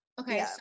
Okay